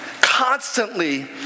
constantly